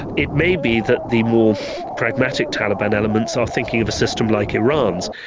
it may be that the more pragmatic taliban elements are thinking of a system like iran's,